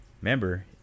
Remember